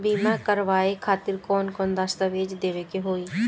बीमा करवाए खातिर कौन कौन दस्तावेज़ देवे के होई?